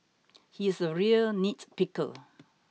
he is a real nitpicker